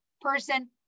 person